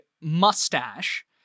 mustache